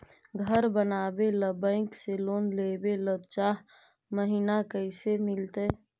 घर बनावे ल बैंक से लोन लेवे ल चाह महिना कैसे मिलतई?